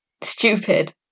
stupid